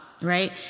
right